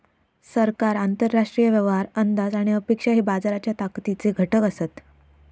सरकार, आंतरराष्ट्रीय व्यवहार, अंदाज आणि अपेक्षा हे बाजाराच्या ताकदीचे घटक असत